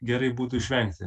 gerai būtų išvengti